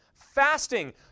fasting